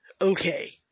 okay